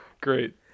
Great